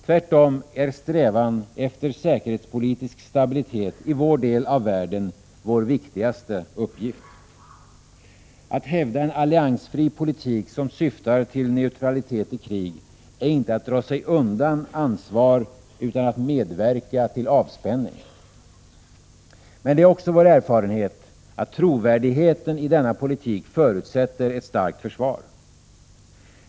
Tvärtom är strävan efter säkerhetspolitisk stabilitet i vår del av världen vår viktigaste uppgift. Att hävda en alliansfri politik som syftar till neutralitet i krig är inte att dra sig undan ansvar utan att medverka till avspänning. Men det är också vår erfarenhet att trovärdigheten i denna politik förutsätter ett starkt försvar.